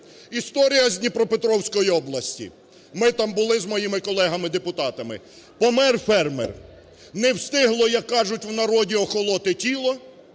Історія з Дніпропетровської області, ми там були з моїми колегами-депутатами. Помер фермер, не встигло, як кажуть в народі, охолоти тіло,